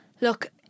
look